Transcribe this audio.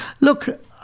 look